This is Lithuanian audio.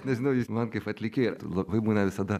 nežinau man kaip atlikėjui labai būna visada